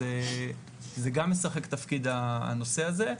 זה גם משחק תפקיד הנושא הזה.